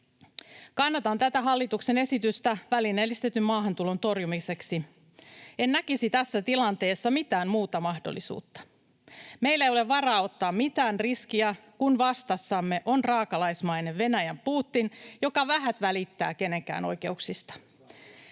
Kannatan tätä hallituksen esitystä välineellistetyn maahantulon torjumiseksi. En näkisi tässä tilanteessa mitään muuta mahdollisuutta. Meillä ei ole varaa ottaa mitään riskiä, kun vastassamme on raakalaismainen Venäjän Putin, joka vähät välittää kenenkään oikeuksista.